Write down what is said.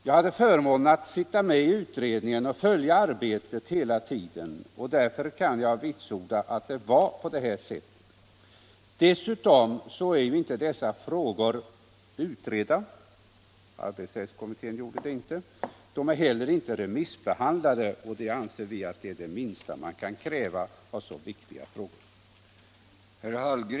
Jag hade förmånen att sitta med i utredningen och följa arbetet hela tiden. Därför kan jag vitsorda att det var på det här sättet. Dessutom är dessa frågor inte utredda. Arbetsrättskommittén gjorde det inte. De är heller inte remissbehandlade, och det anser vi är det minsta man kan kräva i så viktiga frågor.